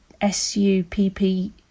S-U-P-P